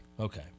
Okay